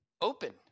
open